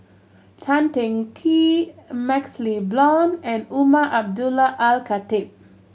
Tan Teng Kee MaxLe Blond and Umar Abdullah Al Khatib